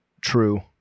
true